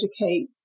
educate